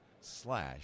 slash